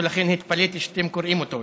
ולכן התפלאתי שאתם קוראים אותו.